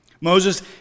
Moses